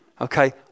Okay